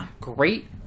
great